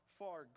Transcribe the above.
far